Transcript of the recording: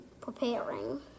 Preparing